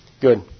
Good